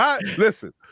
listen